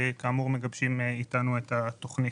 שמגבשים איתנו את התוכנית.